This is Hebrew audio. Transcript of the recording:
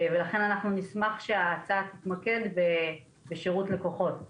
ולכן נשמח שההצעה תתמקד בשירות לקוחות.